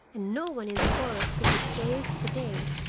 and no one in the forest could be shaved for days,